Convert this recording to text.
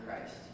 Christ